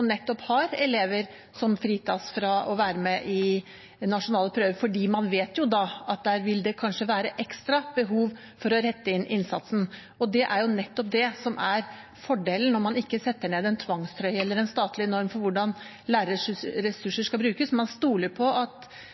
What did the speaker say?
nettopp de skolene som har elever som fritas fra å være med i nasjonale prøver, fordi man da vet at det kanskje vil være ekstra behov for å rette inn innsatsen. Det er nettopp det som er fordelen når man ikke setter ned en tvangstrøye eller en statlig norm for hvordan lærerressurser skal brukes. Man stoler på at